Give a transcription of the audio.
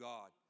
God